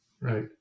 right